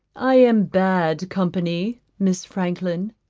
i am bad company, miss franklin,